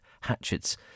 Hatchets